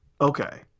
Okay